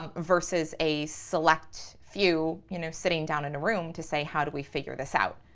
um versus a select few, you know, sitting down in a room to say how do we figure this out,